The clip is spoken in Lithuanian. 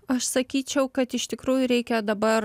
aš sakyčiau kad iš tikrųjų reikia dabar